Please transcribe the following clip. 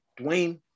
Dwayne